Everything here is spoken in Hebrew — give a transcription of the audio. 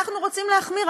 אנחנו רוצים להחמיר,